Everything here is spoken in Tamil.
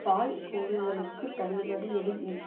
பால் பொருட்களுக்கு தள்ளுபடி எதுவும் இருக்கிறதா